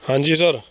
ਹਾਂਜੀ ਸਰ